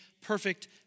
perfect